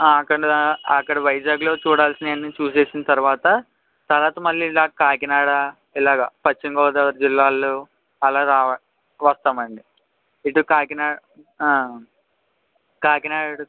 అక్కడ అక్కడ వైజాగ్లో చూడాల్సినవన్నీ చూసేసిన తరువాత తరువాత మళ్ళీ ఇలా కాకినాడ ఇలాగా పశ్చిమ గోదావరి జిల్లాలు అలా రావా వస్తామండి ఇటు కాకినా కాకినాడ